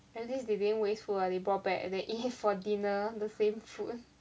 at least they didn't waste food ah they brought back and they eat it for dinner the same food that sounds